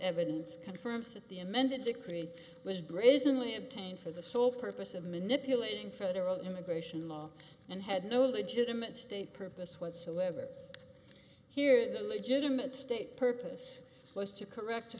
evidence confirms that the amended decree was brazenly obtained for the sole purpose of manipulating federal immigration law and had no they didn't state purpose whatsoever here the legitimate state purpose was to correct